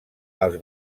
els